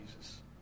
Jesus